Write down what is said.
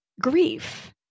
grief